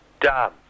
Done